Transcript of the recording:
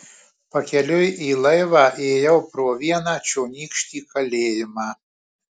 pakeliui į laivą ėjau pro vieną čionykštį kalėjimą